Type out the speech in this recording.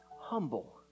humble